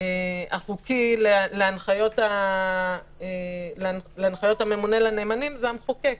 החוקי להנחיות הממונה לנאמנים זה המחוקק.